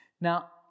Now